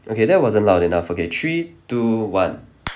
okay that wasn't loud enough okay three two one